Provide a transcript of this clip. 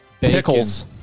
Pickles